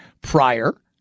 prior